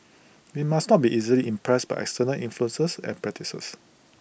we must not be easily impressed by external influences and practices